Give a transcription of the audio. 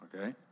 okay